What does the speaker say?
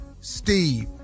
Steve